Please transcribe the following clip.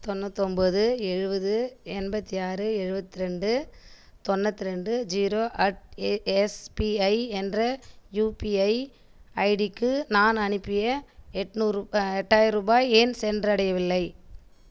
தொண்ணூத்தொம்பது எழுபது எண்பத்து ஆறு எழுபத்ரெண்டு தொண்ணூத்ரெண்டு ஜீரோ அட் எ எஸ்பிஐ என்ற யூபிஐ ஐடிக்கு நான் அனுப்பிய எட்நூறு எட்டாயி ருபாய் ஏன் சென்றடையவில்லை